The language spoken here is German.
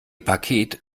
paket